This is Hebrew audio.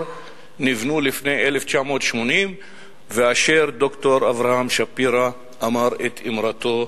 נבנו לפני 1980 ואשר ד"ר אברהם שפירא אמר את אמרתו